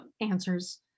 answers